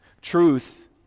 Truth